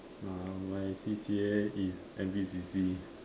ah my C_C_A is N_P_C_C